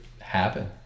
happen